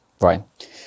Right